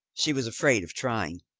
she was afraid of trying.